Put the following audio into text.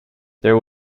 there